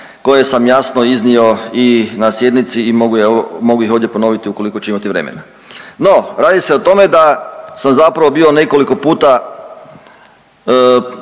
koje sam jasno iznio i na sjednici i mogu evo, mogu ih ovdje ponoviti ukoliko ću imati vremena. No radi se o tome da sam zapravo bio nekoliko puta